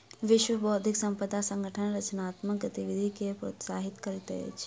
विश्व बौद्धिक संपदा संगठन रचनात्मक गतिविधि के प्रोत्साहित करैत अछि